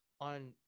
on